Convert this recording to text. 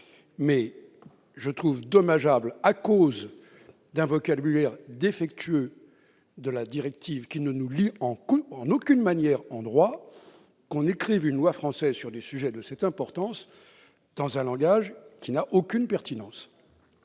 ». Je trouve dommageable que, à cause d'un vocabulaire défectueux d'une directive qui ne nous lie en aucune manière en droit, nous écrivions une loi française sur un sujet de cette importance dans un langage qui n'a aucune pertinence.